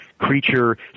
creature